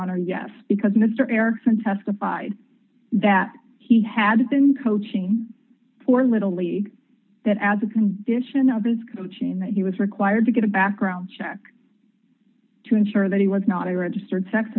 honor yes because mr erickson testified that he had been coaching for little league that as a condition of his coaching that he was required to get a background check to ensure that he was not a registered sex